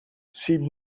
seemed